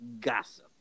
gossip